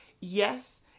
Yes